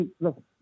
Look